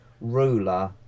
ruler